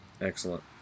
Excellent